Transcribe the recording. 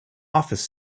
office